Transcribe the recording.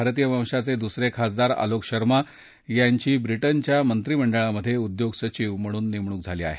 भारतीय वंशाचे दुसरे खासदार अलोक शर्मा यांची ब्रिटनच्या मंत्रिमंडळात उद्योग सचिव म्हणून नेमणूक झाली आहे